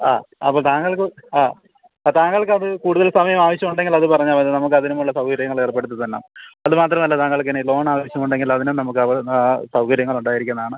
ആ അപ്പോള് താങ്കള്ക്ക് ആ അപ്പോള് താങ്കള്ക്കത് കൂടുതല് സമയം ആവശ്യമുണ്ടെങ്കിലത് പറഞ്ഞാല്മതി നമുക്ക് അതിനുമുള്ള സൗകര്യങ്ങള് ഏര്പ്പെടുത്തി തരണം അതുമാത്രമല്ല താങ്കള്ക്കിനി ലോണ് ആവശ്യമുണ്ടെങ്കില് അതിനും നമുക്ക് സൗകര്യങ്ങള് ഉണ്ടായിരിക്കുന്നതാണ്